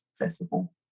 accessible